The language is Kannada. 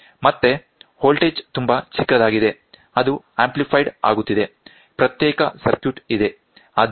ಮತ್ತೆ ವೋಲ್ಟೇಜ್ ತುಂಬಾ ಚಿಕ್ಕದಾಗಿದೆ ಅದು ಆಂಪ್ಲಿಫೈಡ್ ಆಗುತ್ತಿದೆ ಪ್ರತ್ಯೇಕ ಸರ್ಕ್ಯೂಟ್ ಇದೆ